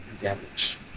damage